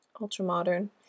ultra-modern